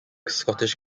scottish